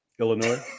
Illinois